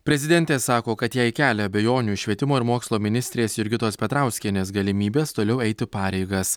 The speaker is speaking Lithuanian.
prezidentė sako kad jai kelia abejonių švietimo ir mokslo ministrės jurgitos petrauskienės galimybės toliau eiti pareigas